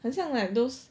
很像 like those